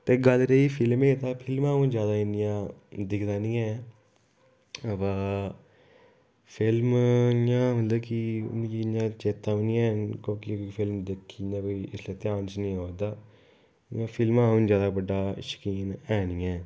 ते गल्ल रेही फिल्में दी ते फिल्मां अ'ऊं जैदा इन्नियां दिक्खदा नेईं ऐ अबा फिल्म इ'यां मतलब कि मिगी इ'यां चेता बी नेईं हैन कोह्की फिल्म दिक्खी इसले कोई ध्यान च नेईं अवा दा फिल्में दा अ'ऊंं जैदा बड़ा शाकीन है नेईं ऐ